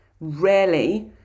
rarely